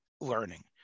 learning